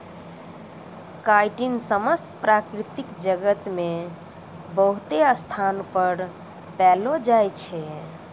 chitin समस्त प्रकृति जगत मे बहुते स्थानो पर पैलो जाय छै